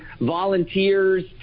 volunteers